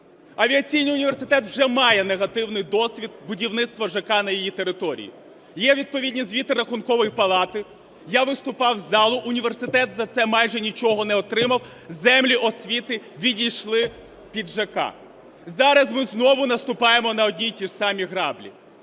Авіаційний університет вже має негативний досвід будівництва ЖК на його території. Є відповідні звіти Рахункової палати, я виступав в залі. Університет за це майже нічого не отримав. Землі освіти відійшли під ЖК. Зараз ми знову наступаємо на одні й ті ж самі граблі.